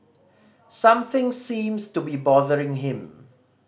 something seems to be bothering him